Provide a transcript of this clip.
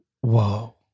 Whoa